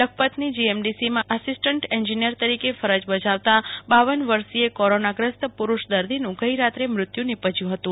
લખપતની જીએમડીએલમાં assistant engineer તરીકે ફરજ બજાવતા પર વર્ષીય કોરોનાગ્રસ્ત પુરૂષ દર્દીનું ગઈ રાત્રે મૃત્ય નીપશ્યું હતું